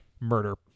murder